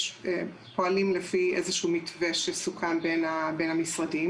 פועלים לפי איזשהו מתווה שסוכם בין המשרדים,